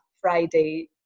Friday